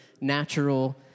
natural